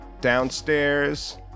downstairs